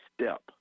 step